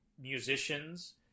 musicians